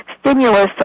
stimulus